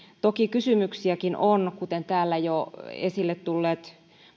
toki kysymyksiäkin on kuten täällä jo esille tulleet